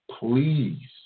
please